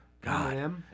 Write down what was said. God